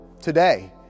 today